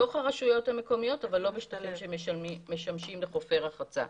בתוך הרשויות המקומיות בל לא בשטחים שמשמשים כחופי רחצה.